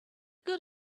good